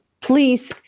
please